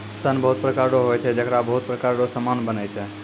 सन बहुत प्रकार रो होय छै जेकरा बहुत प्रकार रो समान बनै छै